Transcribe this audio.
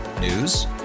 News